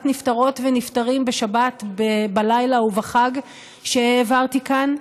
נפטרות ונפטרים בשבת בלילה ובחג שהעברתי כאן.